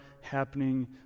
happening